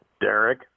Derek